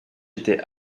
était